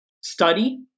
study